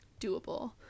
doable